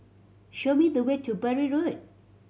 show me the way to Bury Road